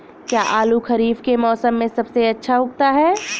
क्या आलू खरीफ के मौसम में सबसे अच्छा उगता है?